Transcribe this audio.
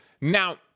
Now